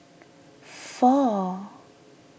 four